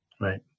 right